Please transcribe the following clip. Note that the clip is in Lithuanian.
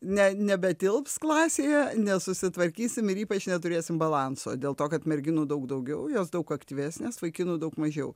ne nebetilps klasėje nesusitvarkysim ir ypač neturėsim balanso dėl to kad merginų daug daugiau jos daug aktyvesnės vaikinų daug mažiau